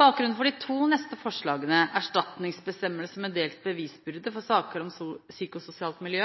Bakgrunnen for de to neste forslagene – erstatningsbestemmelse med delt bevisbyrde for saker om psykososialt miljø